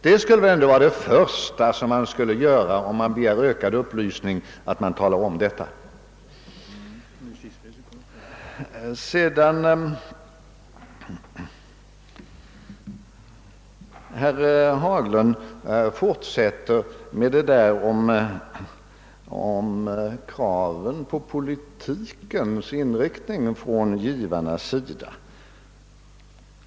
När Ni socialdemokrater begär ökad upplysning är väl det första Ni borde göra att tala om den saken. Herr Haglund upprepade sedan talet om krav på politikens inriktning från givarnas sida.